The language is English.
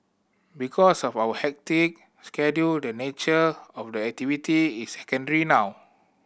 because of our hectic schedule the nature of the activity is secondary now